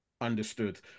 understood